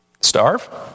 starve